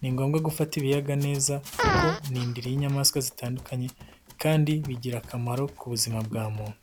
ni ngombwa gufata ibiyaga neza kuko ni indiri y'inyamaswa zitandukanye kandi bigira akamaro ku buzima bwa muntu.